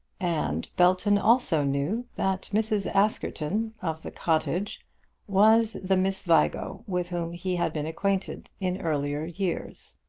and belton also knew that mrs. askerton of the cottage was the miss vigo with whom he had been acquainted in earlier years.